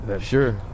sure